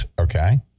okay